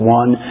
one